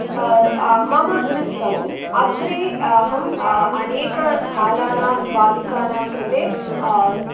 मम वृत्तौ अग्रे अहम् अनेकबालानां बालिकानां कृते